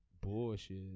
bullshit